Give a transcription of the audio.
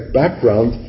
background